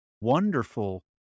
wonderful